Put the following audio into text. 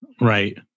right